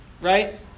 right